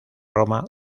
roma